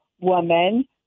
woman